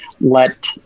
let